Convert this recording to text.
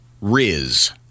Riz